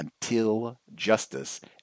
untiljustice